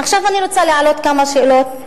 עכשיו אני רוצה להעלות כמה שאלות,